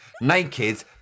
Naked